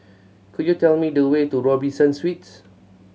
could you tell me the way to Robinson Suites